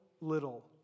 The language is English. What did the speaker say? little